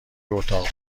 اتاق